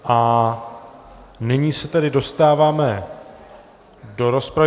A nyní se tedy dostáváme do rozpravy.